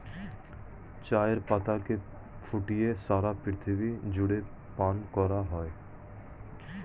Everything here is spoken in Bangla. চায়ের পাতাকে ফুটিয়ে সারা পৃথিবী জুড়ে পান করা হয়